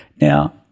Now